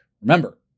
Remember